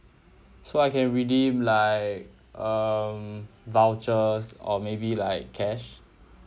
so I can redeem like um vouchers or maybe like cash